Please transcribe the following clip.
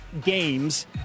games